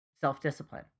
self-discipline